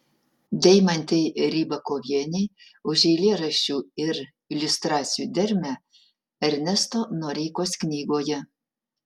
deimantei rybakovienei už eilėraščių ir iliustracijų dermę ernesto noreikos knygoje